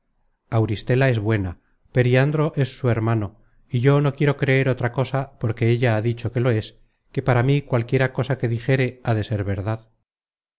auristela es buena periandro es su hermano y yo no quiero creer otra cosa porque ella ha dicho que lo es que para mí cualquiera cosa que dijere ha de ser verdad